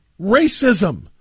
racism